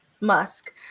Musk